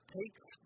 takes